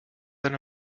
than